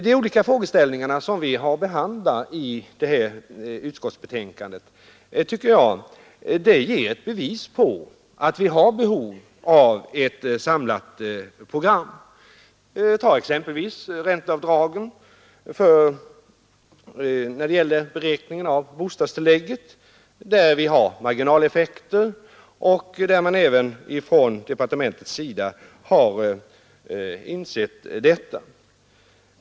De olika frågeställningarna i utskottsbetänkandet utgör bevis för att det finns behov av ett samlat program. Ränteavdragen ger t.ex. vissa marginaleffekter vid beräkningen av bostadstilläggen; detta har även departementet insett.